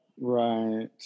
Right